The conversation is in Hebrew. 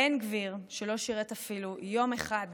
בן גביר, שלא שירת אפילו יום אחד בצה"ל,